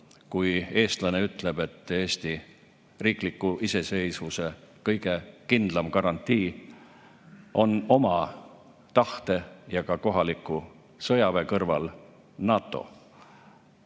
kui eestlane ütleb, et Eesti riikliku iseseisvuse kõige kindlam garantii on oma tahte ja ka kohaliku sõjaväe kõrval NATO.